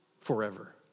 Forever